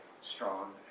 strong